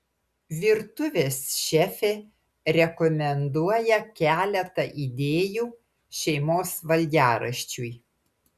virtuvės šefė rekomenduoja keletą idėjų šeimos valgiaraščiui